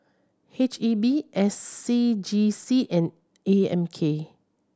H E B S C G C and A M K